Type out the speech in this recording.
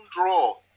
draw